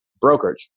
brokerage